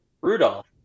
Rudolph